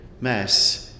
Mass